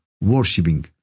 worshipping